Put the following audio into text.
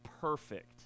perfect